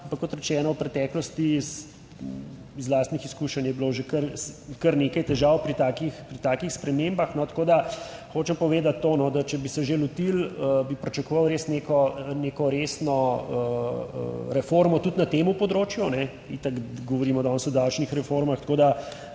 kot rečeno, v preteklosti iz lastnih izkušenj je bilo že kar, kar nekaj težav pri takih, pri takih spremembah. Tako, da hočem povedati to, no, da če bi se že lotili, bi pričakoval res neko, neko resno reformo tudi na tem področju, kajne. Itak govorimo danes o davčnih reformah, tako, da